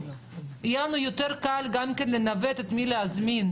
יהיה לנו יותר קל לנווט את מי להזמין.